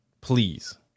Please